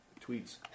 tweets